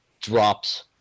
drops